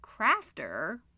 Crafter